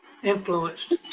Influenced